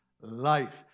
life